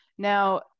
Now